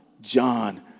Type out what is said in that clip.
John